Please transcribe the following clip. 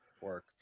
work